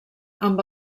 amb